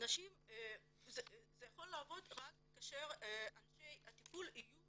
זה יכול להיות רק כאשר אנשי הטיפול יהיו